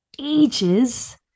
ages